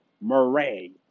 Murray